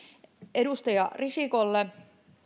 edustaja risikolle